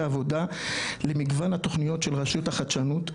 עבודה למגוון התכניות של רשות החדשנות,